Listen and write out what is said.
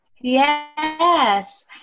Yes